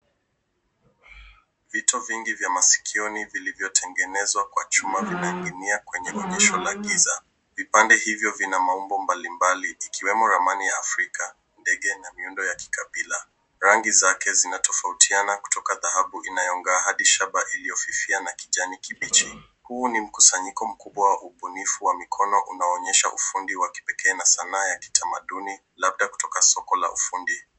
Vito vingi vya masikioni vilivyotengenezwa kwa chuma vinaning'inia kwenye onesho la giza. Vipande hivyo vina maumbo mbalimbali ikiwemo ramani ya Afrika, ndege na miundo ya kikabila. Rangi zake zinatofautiana kutoka dhahabu inayong'aa, hadi shaba iliyofifia na kijani kibichi. Huu ni mkusanyiko mkubwa wa ubunifu wa mikono unaoonyesha ufundi wa kipekee na sanaa ya kitamaduni labda kutoka soko la ufundi.